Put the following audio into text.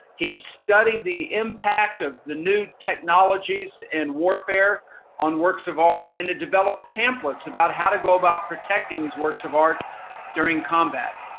he studied the impact of the new technologies in warfare on works of art and he developed pamphlets about how to go about protecting these works of art during combat.